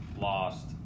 lost